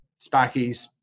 sparkies